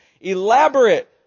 elaborate